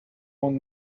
want